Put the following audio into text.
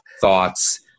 thoughts